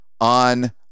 on